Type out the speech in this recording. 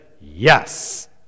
yes